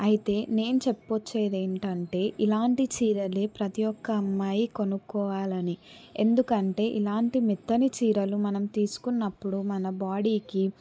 అయితే నేను చెప్పొచ్చేది ఏంటంటే ఇలాంటి చీరలే ప్రతీ ఒక్క అమ్మాయి కొనుక్కోవాలని ఎందుకంటే ఇలాంటి మెత్తని చీరలు మనం తీసుకున్నప్పుడు మన బాడీకీ